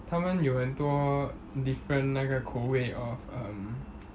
他们有很多 different 那个口味 of um